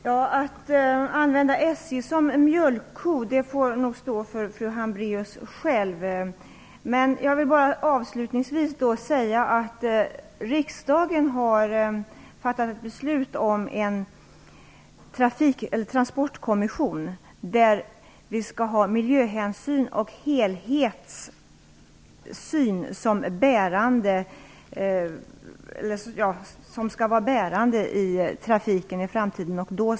Herr talman! Att säga att man använder SJ som mjölkko får stå för fru Hambraeus själv. Avslutningsvis vill jag bara säga att riksdagen har fattat ett beslut om en transportkommission. Miljöhänsyn och helhetssyn skall vara bärande i trafiken i framtiden.